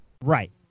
Right